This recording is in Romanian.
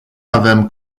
avem